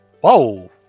Whoa